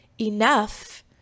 enough